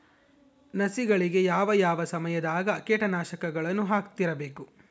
ಸಸಿಗಳಿಗೆ ಯಾವ ಯಾವ ಸಮಯದಾಗ ಕೇಟನಾಶಕಗಳನ್ನು ಹಾಕ್ತಿರಬೇಕು?